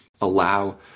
allow